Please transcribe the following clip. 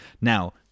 Now